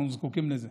אנחנו זקוקים לזה.